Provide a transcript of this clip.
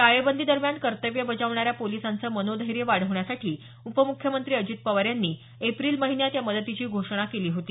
टाळेबंदी दरम्यान कर्तव्य बजावणाऱ्या पोलिसांचं मनोधैर्य वाढवण्यासाठी उपमुख्यमंत्री अजित पवार यांनी एप्रिल महिन्यात या मदतीची घोषणा केली होती